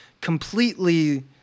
completely